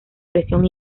presión